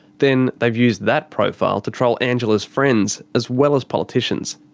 then they've used that profile to troll angela's friends, as well as politicians.